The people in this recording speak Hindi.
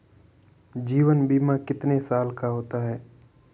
जीवन बीमा कितने साल तक का होता है?